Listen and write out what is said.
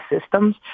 systems